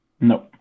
No